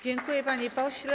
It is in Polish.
Dziękuję, panie pośle.